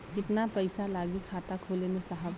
कितना पइसा लागि खाता खोले में साहब?